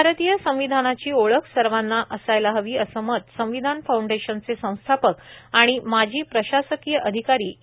भारतीय संविधानाची ओळख सर्वांना असायला हवी असं मत संविधान फाऊंडेशनचे संस्थापक आणि माजी प्रशासकीय अधिकारी ई